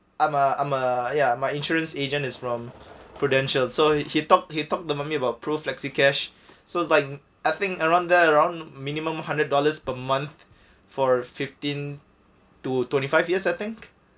I'm a I'm a ya my insurance agent is from prudential so he talk he talk the about PRUFlexicash so it's like I think around there around minimum a hundred dollars per month for fifteen to twenty five years I think